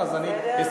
אז אני חוזרת בי.